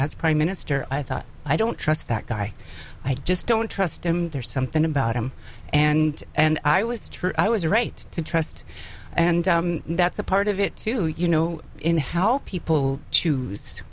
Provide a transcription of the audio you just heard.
as prime minister i thought i don't trust that guy i just don't trust him there's something about him and and i was true i was right to trust and that's a part of it too you know in how people choose